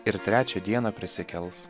ir trečią dieną prisikels